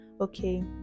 Okay